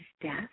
death